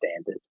standard